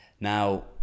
Now